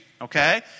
okay